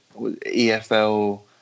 EFL